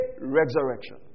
resurrection